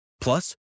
Plus